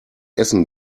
essen